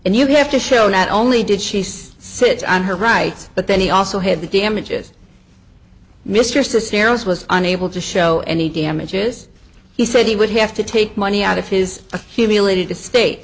and you have to show not only did she sits on her rights but then he also had the damages mr cisneros was unable to show any damages he said he would have to take money out of his accumulated estate